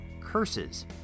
curses